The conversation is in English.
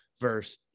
verse